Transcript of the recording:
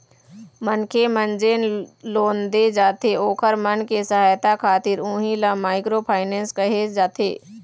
मनखे मन जेन लोन दे जाथे ओखर मन के सहायता खातिर उही ल माइक्रो फायनेंस कहे जाथे